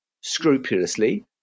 scrupulously